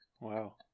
wow